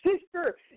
sister